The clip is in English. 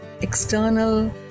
external